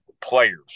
players